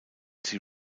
sie